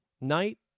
Night